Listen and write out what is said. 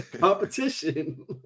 competition